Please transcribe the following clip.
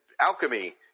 alchemy